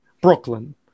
Brooklyn